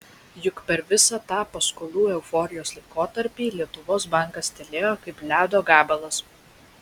juk per visą tą paskolų euforijos laikotarpį lietuvos bankas tylėjo kaip ledo gabalas